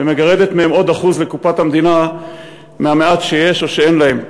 ומגרדת מהם עוד 1% לקופת המדינה מהמעט שיש או שאין להם.